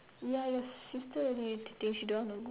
ya your sister already the day she don't want to go